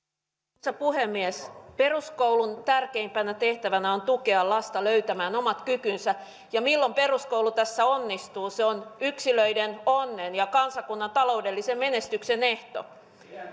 arvoisa puhemies peruskoulun tärkeimpänä tehtävänä on tukea lasta löytämään omat kykynsä ja milloin peruskoulu tässä onnistuu se on yksilöiden onnen ja kansakunnan taloudellisen menestyksen ehto